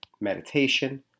meditation